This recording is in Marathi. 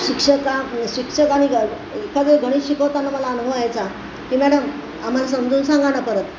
शिक्षकां शिक्षक आणि ग एखादं गणित शिकवताना मला अनुभव यायचा की मॅडम आम्हाला समजून सांगा ना परत